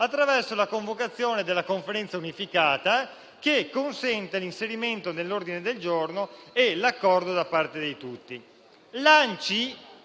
attraverso la convocazione della Conferenza unificata, l'inserimento di tale tema all'ordine del giorno e l'accordo da parte di tutti.